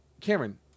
Cameron